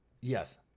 yes